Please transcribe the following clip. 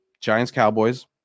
Giants-Cowboys